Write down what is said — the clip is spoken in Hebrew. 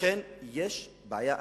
לכן יש בעיה אמיתית.